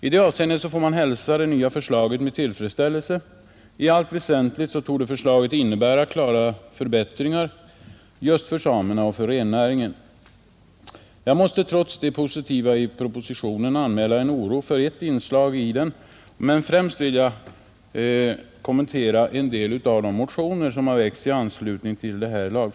I det avseendet måste man hälsa förslaget med tillfredsställelse. I allt väsentligt torde förslaget innebära klara förbättringar för just samerna och rennäringen. Men jag måste trots det positiva i propositionen anmäla oro för ett inslag som vittnar om att man ägnat alltför liten uppmärksamhet åt den bofasta befolkningens problem.